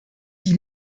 die